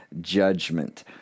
judgment